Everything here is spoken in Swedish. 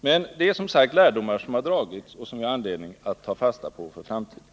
Den lärdom som kan dras av detta har vi anledning att ta fasta på för framtiden.